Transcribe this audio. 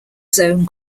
zone